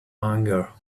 hunger